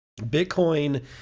Bitcoin